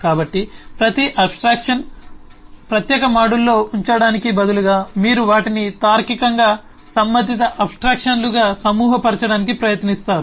కాబట్టి ప్రతి అబ్ స్ట్రాక్షన్ను ప్రత్యేక మాడ్యూల్లో ఉంచడానికి బదులుగా మీరు వాటిని తార్కికంగా సంబంధిత అబ్ స్ట్రాక్షన్లుగా సమూహపరచడానికి ప్రయత్నిస్తారు